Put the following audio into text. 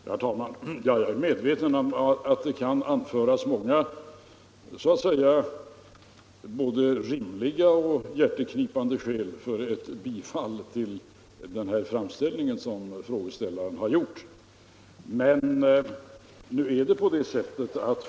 Herr talman! Jag är medveten om att det kan anföras många både rimliga och hjärteknipande skäl för ett bifall till den framställning som herr Andersson i Örebro gjort.